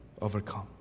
overcome